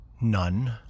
none